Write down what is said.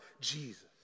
Jesus